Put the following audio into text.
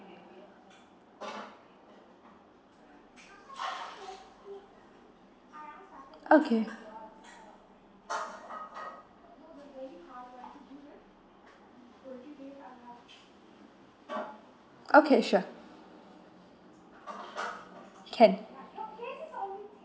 okay okay sure can